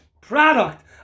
product